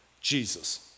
Jesus